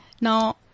Now